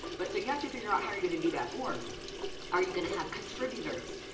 but so you have to figure out how you're gonna do that, or are you gonna have contributors,